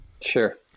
Sure